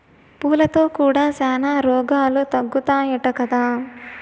పూలతో కూడా శానా రోగాలు తగ్గుతాయట కదా